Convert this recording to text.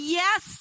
yes